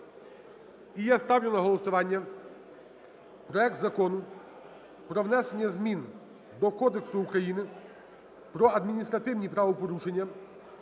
І я ставлю на голосування проект Закону про внесення змін до Кодексу України про адміністративні правопорушення